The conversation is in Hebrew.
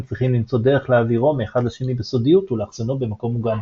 צריכים למצוא דרך להעבירו מאחד לשני בסודיות ולאחסנו במקום מוגן.